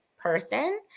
person